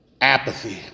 apathy